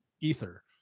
ether